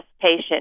patient